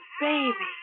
baby